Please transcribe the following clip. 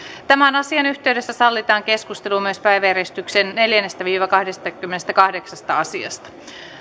tämän asian yhteydessä sallitaan keskustelu myös päiväjärjestyksen neljännestä viiva kahdennestakymmenennestäkahdeksannesta asiasta